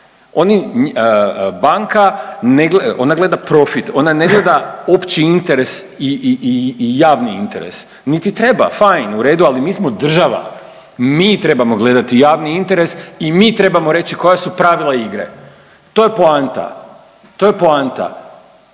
gleda, ona gleda profit, ona ne gleda opći interes i javni interes, niti treba, fain u redu, ali mi smo država, mi trebamo gledati javni interes i mi trebamo reći koja su pravila igre, to je poanta, to je poanta